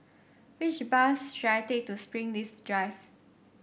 which bus should I take to Springleaf Drive